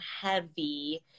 heavy